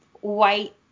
white